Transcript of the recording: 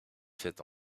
fait